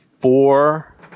Four